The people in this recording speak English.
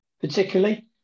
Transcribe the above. particularly